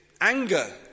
anger